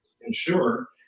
ensure